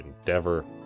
endeavor